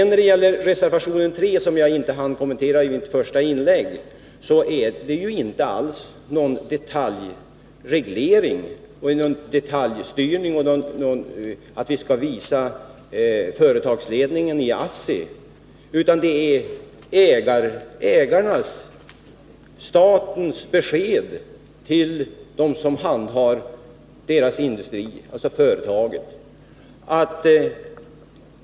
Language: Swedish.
När det gäller reservation 3, som jag inte hann kommentera i mitt första inlägg, avser den inte alls någon detaljreglering eller detaljstyrning av företagsledningen i ASSI. Det är ägarens — statens — besked till dem som handhar företaget.